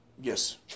Yes